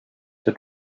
the